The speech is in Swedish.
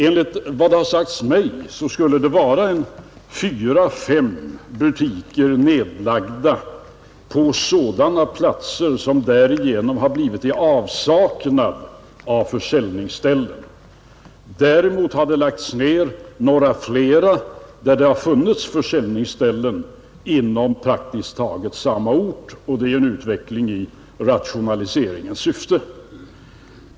Enligt vad det har sagts mig skulle fyra eller fem butiker har nedlagts på platser, som därigenom har blivit i avsaknad av försäljningsställen. Dessutom har några ytterligare butiker nedlagts på ställen, där det praktiskt taget inom samma ort har funnits annat försäljningsställe, och det är en utveckling i rationaliseringsfrämjande syfte.